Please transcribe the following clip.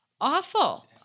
Awful